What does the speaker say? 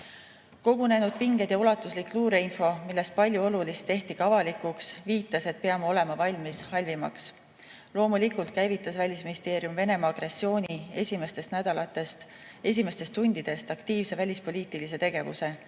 Kogunenud pinged ja ulatuslik luureinfo, millest palju olulist tehti ka avalikuks, viitas, et peame olema valmis halvimaks. Loomulikult käivitas Välisministeerium Venemaa agressiooni esimestest nädalatest, esimestest tundidest aktiivse välispoliitilise tegevuse. Eesti